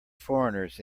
foreigners